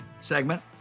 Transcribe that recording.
Segment